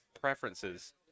preferences